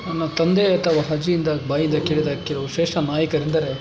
ನನ್ನ ತಂದೆ ಅಥವ ಅಜ್ಜಿಯಿಂದ ಬಾಯಿಂದ ಕೇಳಿದ ಕೆಲವು ಶ್ರೇಷ್ಠ ನಾಯಕರೆಂದರೆ